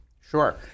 Sure